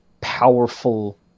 powerful